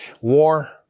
war